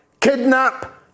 kidnap